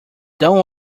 don’t